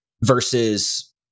versus